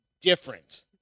different